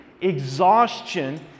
exhaustion